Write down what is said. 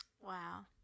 wow